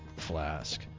flask